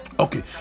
Okay